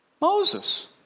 Moses